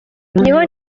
niho